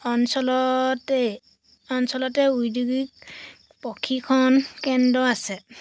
অঞ্চলতে অঞ্চলতে উদ্যোগিক প্ৰশিক্ষণ কেন্দ্ৰ আছে